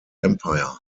empire